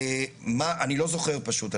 מה, אני לא זוכר פשוט.